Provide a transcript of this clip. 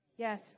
Yes